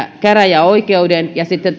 käräjäoikeuden ja sitten